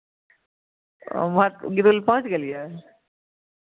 उमहर गिरबय लए पहुँच गेलियै